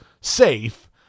safe